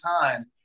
time